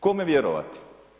Kome vjerovati?